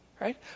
right